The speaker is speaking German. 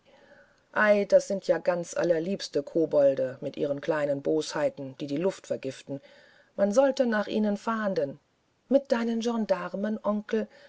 ei das sind ja ganz allerliebste kobolde mit ihren kleinen bosheiten die die luft vergiften man sollte auf sie fahnden mit deinen gendarmen onkel